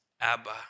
Abba